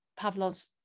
Pavlov's